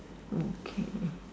okay